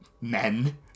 men